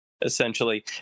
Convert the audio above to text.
essentially